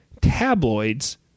tabloids